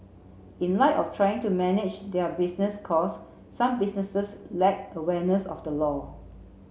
in light of trying to manage their business cost some businesses lack awareness of the law